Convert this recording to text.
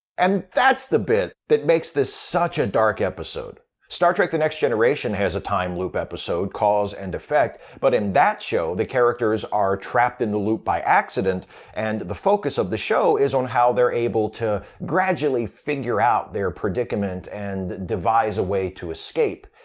and that's the bit that makes this such a dark episode. star trek the next generation has a time loop episode, cause and effect, but in that show the characters are trapped in the loop by accident and the focus of the show is on how they're able to gradually figure out their predicament and devise a way to escape.